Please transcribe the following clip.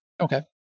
Okay